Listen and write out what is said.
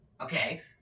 Okay